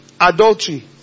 adultery